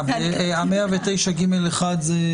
109ג(1).